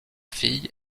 filles